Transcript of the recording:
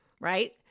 right